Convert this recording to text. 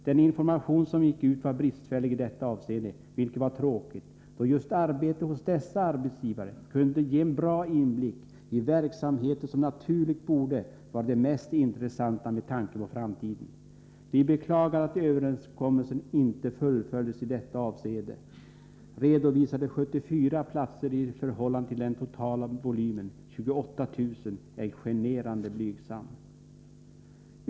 Den information som gick ut var bristfällig i detta avseende, vilket var tråkigt, då just arbete hos enskilda arbetsgivare kunde ge en bra inblick i verksamheter som naturligt borde vara mest intressanta med tanke på framtiden. Vi beklagar att överenskommelsen inte fullföljdes i detta avseende. Redovisade 74 platser i förhållande till den totala volymen 28 000 är ett generande blygsamt antal.